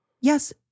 Yes